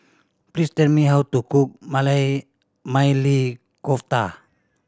please tell me how to cook Maili Kofta